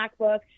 MacBook